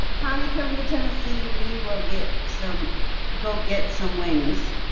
tommy come to tennessee. we will get some go get some wings